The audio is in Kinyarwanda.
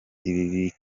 ibi